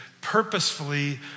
purposefully